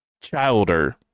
childer